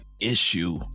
issue